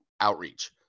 outreach